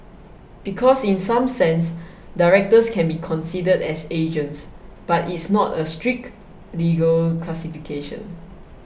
because in some sense directors can be considered as agents but it's not a strict legal classification